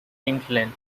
england